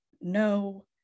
No